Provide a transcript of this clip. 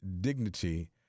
dignity